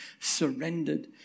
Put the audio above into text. surrendered